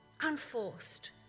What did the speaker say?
Unforced